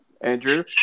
Andrew